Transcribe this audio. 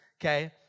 okay